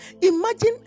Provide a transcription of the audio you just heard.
Imagine